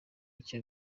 icyo